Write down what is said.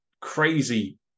crazy